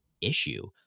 issue